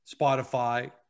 spotify